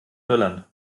irland